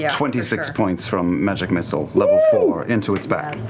yeah twenty six points from magic missile level four into its back,